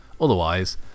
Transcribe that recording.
Otherwise